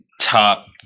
top –